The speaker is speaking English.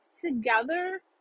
together